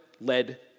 led